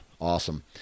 awesome